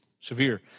severe